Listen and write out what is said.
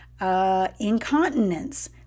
incontinence